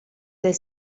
del